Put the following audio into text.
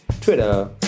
Twitter